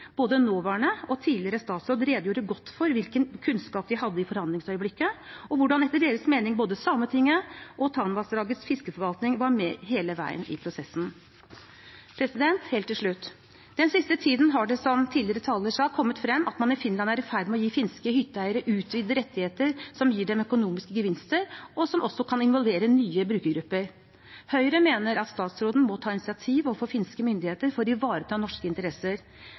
Både nåværende og tidligere statsråd redegjorde godt for hvilken kunnskap de hadde i forhandlingsøyeblikket, og hvordan – etter deres mening – både Sametinget og Tanavassdragets fiskeforvaltning var med hele veien i prosessen. Helt til slutt: Den siste tiden har det, som en tidligere taler har sagt, kommet frem at man i Finland er i ferd med å gi finske hytteeiere utvidede rettigheter som gir dem økonomiske gevinster, og som også kan involvere nye brukergrupper. Høyre mener at statsråden må ta initiativ overfor finske myndigheter for å ivareta norske interesser.